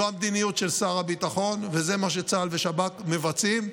זו המדיניות של שר הביטחון וזה מה שצה"ל ושב"כ מבצעים,